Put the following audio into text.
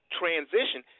transition